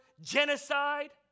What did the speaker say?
genocide